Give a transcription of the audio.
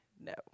No